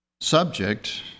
Subject